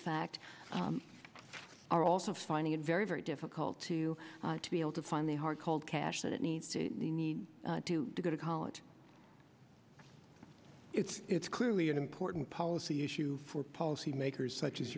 fact are also finding it very very difficult to to be able to find the hard cold cash that it needs to the need to go to college it's clearly an important policy issue for policymakers such as